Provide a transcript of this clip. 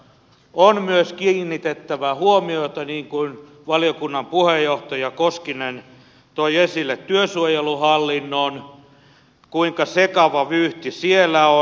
on myös kiinnitettävä huomiota niin kuin valiokunnan puheenjohtaja koskinen toi esille työsuojeluhallintoon kuinka sekava vyyhti siellä on